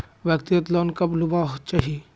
व्यक्तिगत लोन कब लुबार चही?